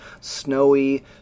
snowy